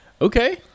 Okay